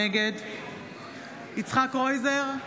נגד יצחק קרויזר,